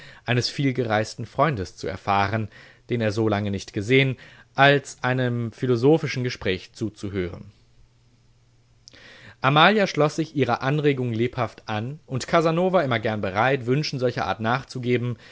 eines vielgereisten freundes zu erfahren den er so lange nicht gesehn als einem philosophischen gespräch zuzuhören amalia schloß sich ihrer anregung lebhaft an und casanova immer gern bereit wünschen solcher art nachzugeben